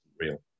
real